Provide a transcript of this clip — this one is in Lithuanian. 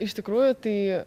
iš tikrųjų tai